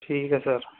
ਠੀਕ ਹੈ ਸਰ